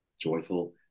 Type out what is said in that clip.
joyful